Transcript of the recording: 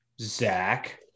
zach